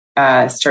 Start